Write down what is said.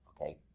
okay